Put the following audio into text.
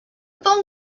phone